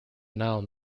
noun